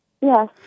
Yes